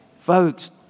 Folks